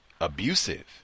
abusive